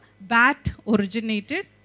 bat-originated